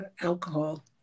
alcohol